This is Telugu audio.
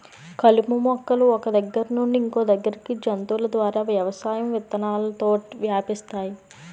కలుపు మొక్కలు ఒక్క దగ్గర నుండి ఇంకొదగ్గరికి జంతువుల ద్వారా వ్యవసాయం విత్తనాలతోటి వ్యాపిస్తాయి